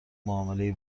معاملهای